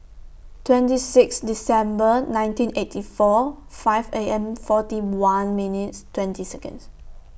twenty six December nineteen eighty four five A M forty one minutes twenty Second